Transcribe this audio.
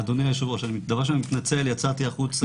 אדוני היושב-ראש, אני מתנצל, יצאתי החוצה,